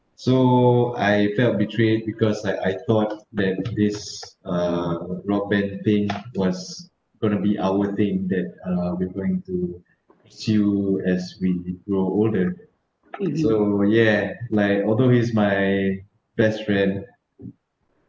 so I felt betrayed because like I thought that this uh rock band thing was gonna be our thing that uh we going to seal as we grow older so yeah like although he is my best friend